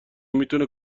میتونه